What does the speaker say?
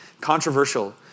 controversial